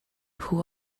who